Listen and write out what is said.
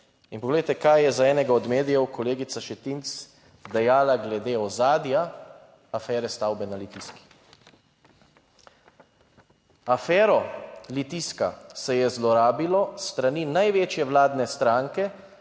in poglejte, kaj je za enega od medijev kolegica Šetinc dejala glede ozadja afere stavbe na Litijski: "Afero Litijska se je zlorabilo s strani največje vladne stranke